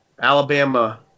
Alabama